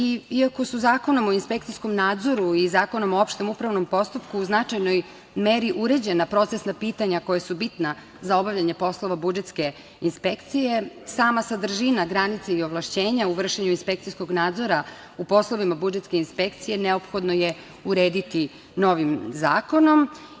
Iako su Zakonom o inspekcijskom nadzoru i Zakonom o opštem upravnom postupku u značajnoj meri uređena procesna pitanja koja su bitna za obavljanje poslova budžetske inspekcije, sama sadržina granice i ovlašćenja u vršenju inspekcijskog nadzora u poslovima budžetske inspekcije neophodno je urediti novim zakonom.